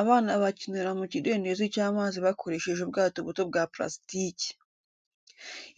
Abana bakinira mu kidendezi cy’amazi bakoresheje ubwato buto bwa purasitiki.